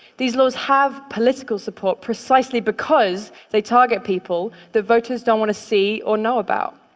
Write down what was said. these laws have political support precisely because they target people that voters don't want to see or know about.